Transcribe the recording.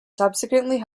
subsequently